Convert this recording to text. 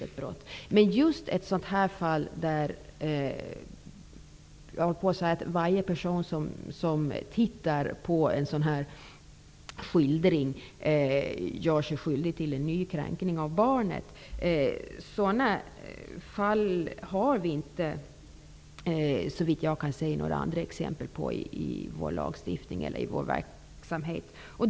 Jag vill påstå att i de här aktuella fallen gör sig varje person som tittar på skildringen skyldig till en ny kränkning av barnet. Vi har såvitt jag kan förstå inte andra exempel på något sådant i vår lagstiftning eller i vår verklighet.